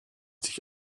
dich